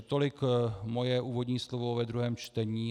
Tolik moje úvodní slovo ve druhém čtení.